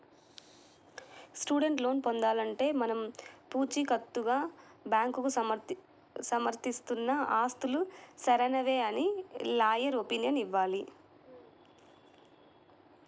student loan పొందాలంటే మనం పుచీకత్తుగా బ్యాంకుకు సమర్పిస్తున్న ఆస్తులు సరైనవే అని లాయర్ ఒపీనియన్ ఇవ్వాలి